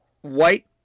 White